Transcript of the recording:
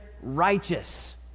righteous